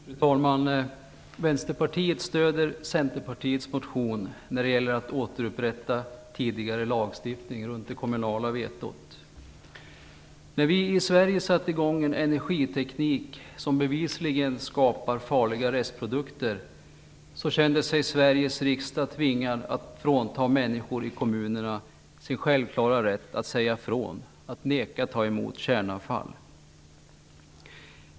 Fru talman! Vänsterpartiet stöder Centerpartiets motion när det gäller att återupprätta tidigare lagstiftning om det kommunala vetot. När vi i Sverige satte i gång en energiteknik som bevisligen skapar farliga restprodukter kände sig Sveriges riksdag tvingad att frånta människor i kommunerna deras självklara rätt att säga ifrån och neka att ta emot kärnavfall.